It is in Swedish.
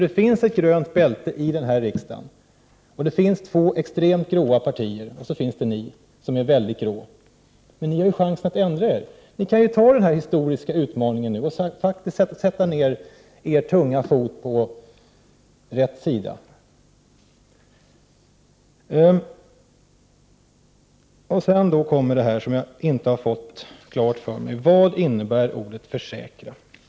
Det finns ett grönt bälte i den här riksdagen, och det finns två extremt grå partier, och så finns det ni som är mycket grå, men ni har ju chansen att ändra er. Ni kan ju anta den här historiska utmaningen och sätta ned er tunga fot på rätt sida! En sak som jag inte har fått klar för mig är: Vad innebär ordet försäkran?